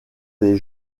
des